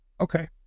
okay